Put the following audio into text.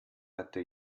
hatte